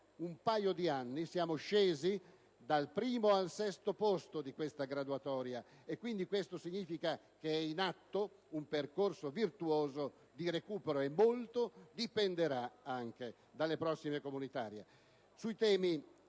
un paio d'anni siamo scesi dal primo al sesto posto della graduatoria: ciò significa che è in atto un percorso virtuoso di recupero, e molto dipenderà anche dalle prossime comunitarie. Sui vari